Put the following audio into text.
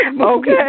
Okay